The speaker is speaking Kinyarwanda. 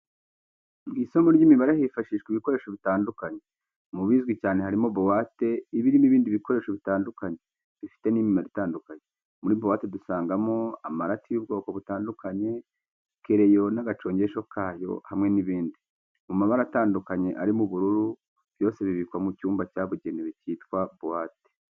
Mu isomo ry'imibare hifashishwa ibikoresho bitandukanye. Mu bizwi cyane harimo buwate iba irimo ibindi bikoresho bitandukanye, bifite n'imimaro itandukanye. Muri buwate dusangamo amarati y'ubwoko butandukanye, kereyo n'agacongesho kayo, hamwe n'ibindi. Mu mabara atandukanye arimo ubururu, byose bibikwa mu cyuma cyabugenewe cyitwa buwate.